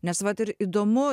nes vat ir įdomu